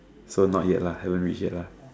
so not yet lah haven't reach yet lah